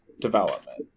development